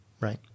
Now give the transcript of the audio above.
right